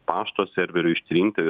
pašto serverio ištrinti